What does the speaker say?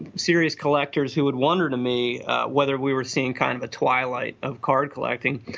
serious collectors who would wonder to me whether we were seeing kind of a twilight of card collecting.